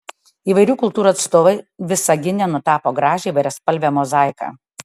įvairių kultūrų atstovai visagine nutapo gražią įvairiaspalvę mozaiką